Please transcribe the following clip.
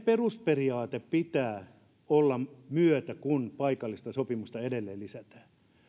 perusperiaatteen pitää olla myötä kun paikallista sopimista edelleen lisätään